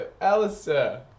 Alistair